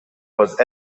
was